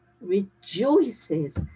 rejoices